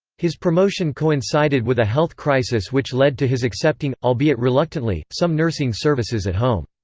his promotion coincided with a health crisis which led to his accepting, albeit reluctantly, some nursing services at home.